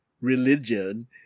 religion